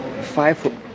five